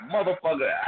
Motherfucker